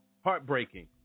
heartbreaking